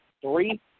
three